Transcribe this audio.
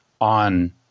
on